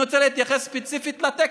אני רוצה להתייחס ספציפית לטקסט,